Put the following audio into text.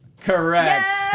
Correct